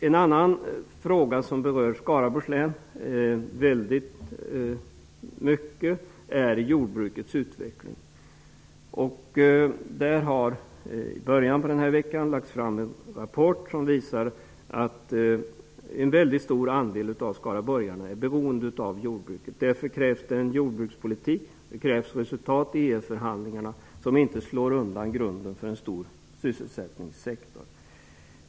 En annan fråga som starkt berör Skaraborgs län är jordbrukets utveckling. Det har i början på denna vecka lagts fram en rapport som visar att en mycket stor andel av skaraborgarna är beroende av jordbruket. Det krävs en jordbrukspolitik och resultat av EG-förhandlingarna som inte slår undan grunden för en stor sysselsättningssektor.